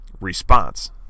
response